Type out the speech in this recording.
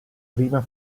prima